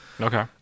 Okay